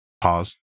pause